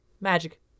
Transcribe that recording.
Magic